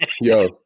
yo